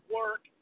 work